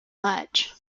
much